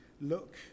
look